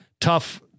tough